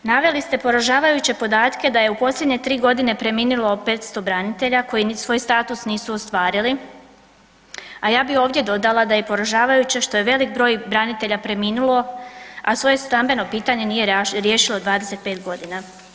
Naveli ste poražavajuće podatke da je u posljednje 3 godine preminulo 500 branitelja koji ni svoj status nisu ostvarili, a ja bi ovdje dodala da je poražavajuće što je velik broj branitelja preminulo, a svoje stambeno pitanje nije riješilo 25 godina.